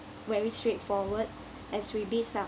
very straightforward as rebates are